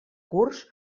curs